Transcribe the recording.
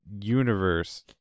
universe